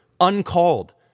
uncalled